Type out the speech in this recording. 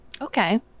Okay